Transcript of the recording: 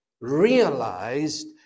realized